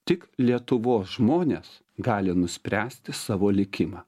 tik lietuvos žmonės gali nuspręsti savo likimą